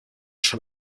schon